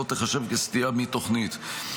לא תיחשב כסטייה מתוכנית.